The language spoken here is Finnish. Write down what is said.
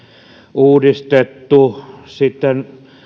uudistettu sitten